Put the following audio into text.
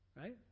Right